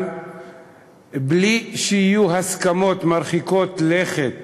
אבל בלי שיהיו הסכמות מרחיקות לכת